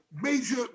major